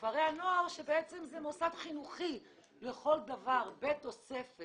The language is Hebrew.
ומכפרי הנוער שזה מוסד חינוכי לכל דבר בתוספת